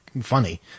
funny